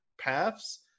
paths